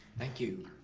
thank you.